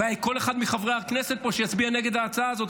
הבעיה היא כל אחד מחברי הכנסת פה שיצביע נגד ההצעה הזאת.